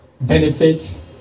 Benefits